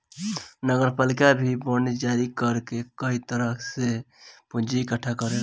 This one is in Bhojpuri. नगरपालिका भी बांड जारी कर के कई तरह से पूंजी इकट्ठा करेला